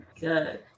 good